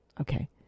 Okay